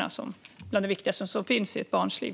Detta är bland det viktigaste som finns i ett barns liv.